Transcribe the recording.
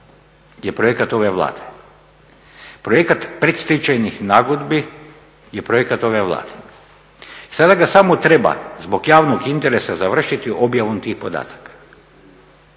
je projekat ove Vlade. Projekat predstečajnih nagodbi je projekat ove Vlade i sada ga samo treba zbog javnog interesa završiti objavom tih podataka